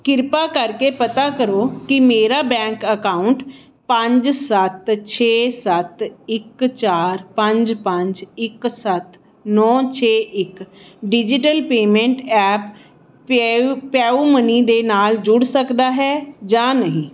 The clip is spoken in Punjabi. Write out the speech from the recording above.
ਕਿਰਪਾ ਕਰਕੇ ਪਤਾ ਕਰੋ ਕੀ ਮੇਰਾ ਬੈਂਕ ਅਕਾਊਂਟ ਪੰਜ ਸੱਤ ਛੇ ਸੱਤ ਇੱਕ ਚਾਰ ਪੰਜ ਪੰਜ ਇੱਕ ਸੱਤ ਨੌਂ ਛੇ ਇੱਕ digital app PayU PayU money ਦੇ ਨਾਲ ਜੁੜ ਸਕਦਾ ਹੈ ਜਾਂ ਨਹੀਂ